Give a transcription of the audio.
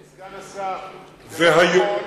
זה נכון,